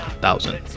thousand